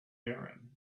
erin